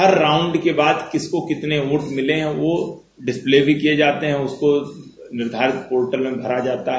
हर round को बाद किस को कितने वोट मिले है वह डिसप्ले भी किये जाते हैं उसको निर्धारित पोर्टल में भरा जाता है